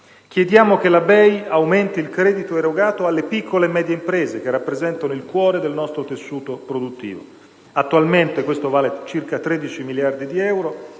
Chiediamo che la BEI aumenti il credito erogato alle piccole e medie imprese, che rappresentano il cuore del nostro tessuto produttivo (attualmente questo vale circa 13 miliardi di euro).